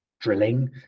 drilling